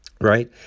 right